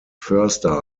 förster